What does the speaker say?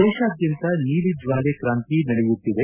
ದೇಶಾದ್ಯಂತ ನೀಲಿಜ್ವಾಲೆ ಕ್ರಾಂತಿ ನಡೆಯುತ್ತಿದೆ